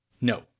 No